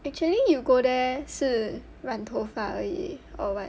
actually you go there 是染头发而已: shi ran tou fa er yi or what